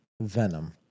Venom